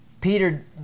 Peter